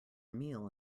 meal